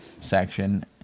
section